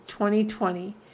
2020